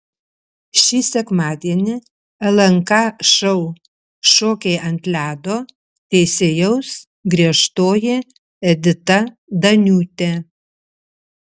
šį sekmadienį lnk šou šokiai ant ledo teisėjaus griežtoji edita daniūtė